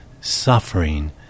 suffering